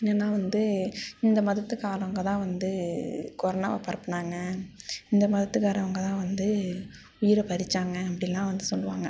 என்னன்னா வந்து இந்த மதத்துக்காரவங்க தான் வந்து கொரோனாவை பரப்பினாங்க இந்த மதத்துக்காரவங்க தான் வந்து உயிரை பறிச்சாங்கள் அப்படின்லாம் வந்து சொல்லுவாங்கள்